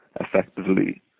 effectively